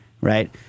right